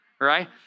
Right